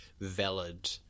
valid